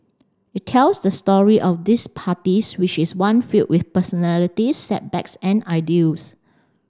it tells the story of these parties which is one filled with personalities setbacks and ideals